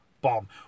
bomb